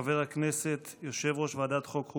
חבר הכנסת ויושב-ראש ועדת החוקה,